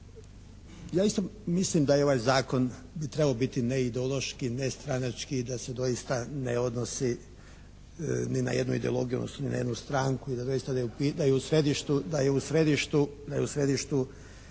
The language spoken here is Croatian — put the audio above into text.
Ja isto mislim da je ovaj zakon bi trebao biti neideološki, nestranački i da se doista ne odnosi ni na jednu ideologiju odnosno ni na jednu stranku i da doista